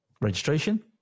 registration